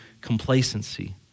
complacency